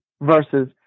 versus